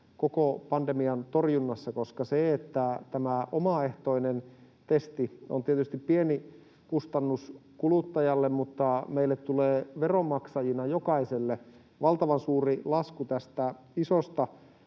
koko pandemian torjunnassa. Omaehtoinen testi on tietysti pieni kustannus kuluttajalle, mutta meille tulee veronmaksajina jokaiselle valtavan suuri lasku tästä isosta